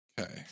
Okay